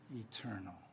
eternal